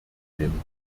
nehmen